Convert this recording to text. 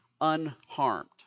unharmed